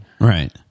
right